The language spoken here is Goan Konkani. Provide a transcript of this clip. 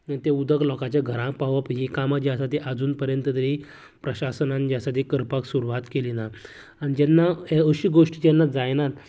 ते उदक लेकांच्या घरांत पावप ही कामां जी आसा ती आजून पर्यंत तरी प्रशासनांन जी आसा ती करपाक सुरवात केली ना आनी जेन्ना हे अश्यो गोश्टी जेन्ना जायनात